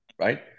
right